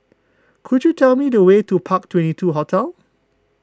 could you tell me the way to Park Twenty two Hotel